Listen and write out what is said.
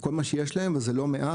כל מה שיש להם וזה לא מעט,